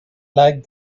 like